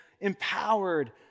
empowered